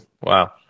Wow